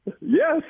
Yes